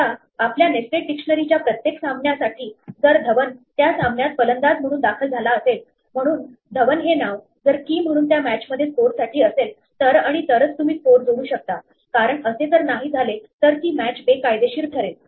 आता आपल्या नेस्टेड डिक्शनरीच्या प्रत्येक सामन्यासाठी जर धवन त्या सामन्यात फलंदाज म्हणून दाखल झाला असेल म्हणून धवन हे नाव जर key म्हणून त्या मॅचमध्ये स्कोरसाठी असेल तर आणि तरच तुम्ही स्कोर जोडू शकता कारण असे जर नाही झाले तर ती मॅच बेकायदेशीर ठरेल